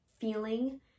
feeling